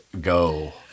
go